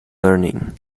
learning